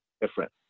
different